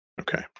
Okay